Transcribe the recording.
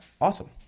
awesome